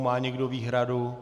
Má někdo výhradu?